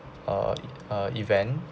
uh uh event